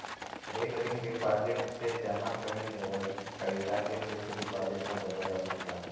recurring deposit से जमा किहल गयल पइसा के फिक्स डिपाजिट में बदलल जा सकला